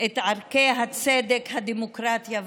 ואת ערכי הצדק, הדמוקרטיה והשוויון.